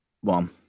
one